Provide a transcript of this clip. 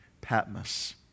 Patmos